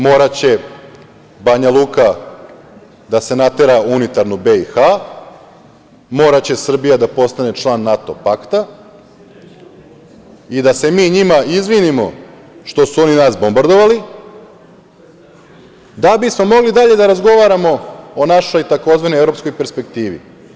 Moraće Banjaluka da se natera u unitarnu BiH, moraće Srbija da postane član NATO pakta i da se mi njima izvinimo što su oni nas bombardovali da bismo mogli dalje da razgovaramo o našoj tzv. evropskoj perspektivi.